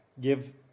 give